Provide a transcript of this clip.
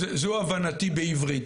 זו הבנתי בעברית.